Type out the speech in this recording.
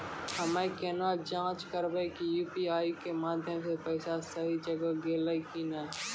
हम्मय केना जाँच करबै की यु.पी.आई के माध्यम से पैसा सही जगह गेलै की नैय?